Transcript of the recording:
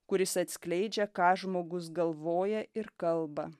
kuris atskleidžia ką žmogus galvoja ir kalba